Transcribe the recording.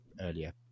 earlier